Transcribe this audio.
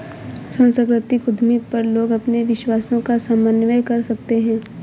सांस्कृतिक उद्यमी पर लोग अपने विश्वासों का समन्वय कर सकते है